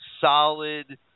solid